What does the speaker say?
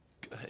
good